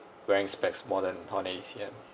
wearing specs more than one eighty C_M